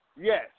Yes